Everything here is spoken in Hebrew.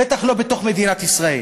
בטח לא בתוך מדינת ישראל.